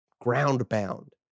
ground-bound